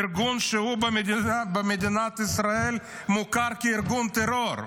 ארגון שמוכר במדינת ישראל כארגון טרור.